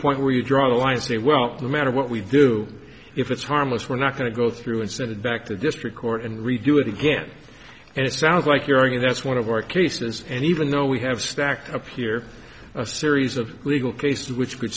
point where you draw a line and say well i'm out of what we do if it's harmless we're not going to go through and send it back to district court and review it again and it sounds like you're going that's one of our cases and even though we have stacked up here a series of legal cases which could